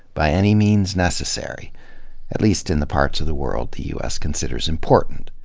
by any means necessary at least in the parts of the world the u s. considers important.